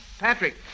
Patrick